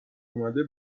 اومده